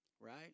Right